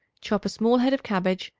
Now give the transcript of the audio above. chop a small head of cabbage,